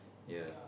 ya